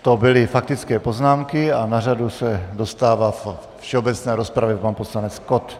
To byly faktické poznámky a na řadu se dostává ve všeobecné rozpravě pan poslanec Kott.